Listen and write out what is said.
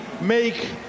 make